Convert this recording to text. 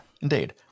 indeed